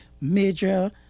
major